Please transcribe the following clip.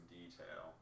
detail